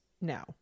now